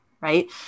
right